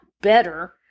better